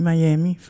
Miami